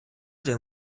der